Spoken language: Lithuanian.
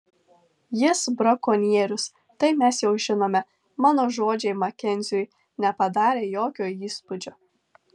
jis brakonierius tai mes jau žinome mano žodžiai makenziui nepadarė jokio įspūdžio